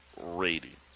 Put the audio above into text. ratings